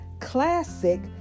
classic